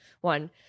one